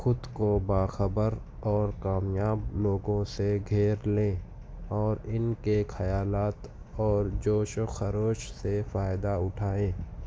خود کو باخبر اور کامیاب لوگوں سے گھیر لیں اور ان کے خیالات اور جوش و خروش سے فائدہ اٹھائیں